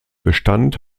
bestand